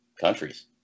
countries